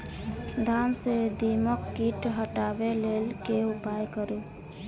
धान सँ दीमक कीट हटाबै लेल केँ उपाय करु?